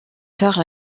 tard